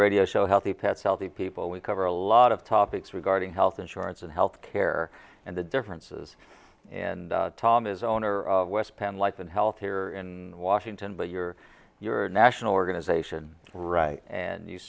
radio show healthy pets healthy people we cover a lot of topics regarding health insurance and health care and the differences and tom is owner of west penn life and health here in washington but you're your national organization right and